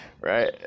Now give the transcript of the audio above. right